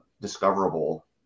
discoverable